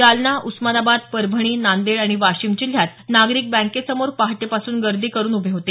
जालना उस्मानाबाद परभणी नांदेड आणि वाशिम जिल्ह्यात नागरिक बँकेसमोर पहाटेपासून गर्दी करून उभे होते